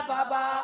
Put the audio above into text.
Baba